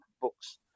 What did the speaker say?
books